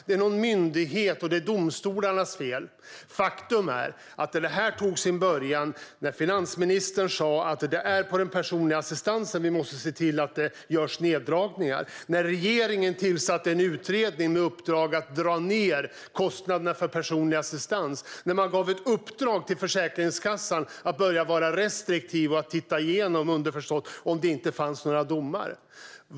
Det är någon myndighets fel och domstolarnas fel. Faktum är att det här tog sin början när finansministern sa att det är på den personliga assistansen vi måste se till att det görs neddragningar, när regeringen tillsatte en utredning med uppdrag att dra ned kostnaderna för personlig assistans och när man gav ett uppdrag till Försäkringskassan att börja vara restriktiv och underförstått börja titta igenom om det inte fanns några domar.